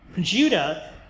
Judah